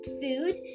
food